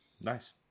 Nice